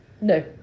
No